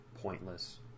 pointless